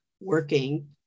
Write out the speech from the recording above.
working